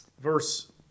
Verse